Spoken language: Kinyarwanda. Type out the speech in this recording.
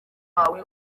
wawe